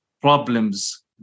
problems